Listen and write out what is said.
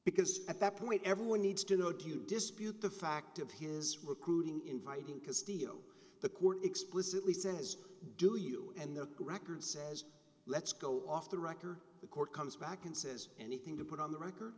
because at that point everyone needs to know do you dispute the fact of his recruiting inviting to steal the court explicitly says do you and the correct word says let's go off the record the court comes back and says anything to put on the record